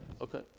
Okay